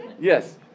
Yes